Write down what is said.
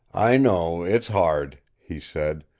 i know, it's hard, he said.